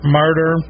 murder